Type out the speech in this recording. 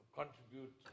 contribute